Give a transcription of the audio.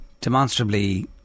Demonstrably